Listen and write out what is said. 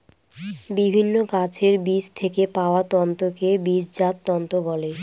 বিভিন্ন গাছের বীজ থেকে পাওয়া তন্তুকে বীজজাত তন্তু বলে